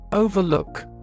Overlook